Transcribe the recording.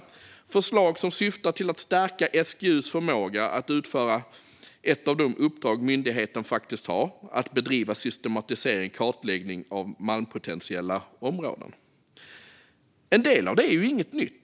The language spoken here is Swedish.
Det finns konkreta förslag som syftar till att stärka SGU:s förmåga att utföra ett av de uppdrag myndigheten faktiskt har: att utföra systematiserad kartläggning av malmpotentiella områden. En del av detta är ju inget nytt.